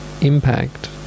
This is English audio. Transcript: impact